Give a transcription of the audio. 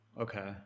Okay